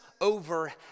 over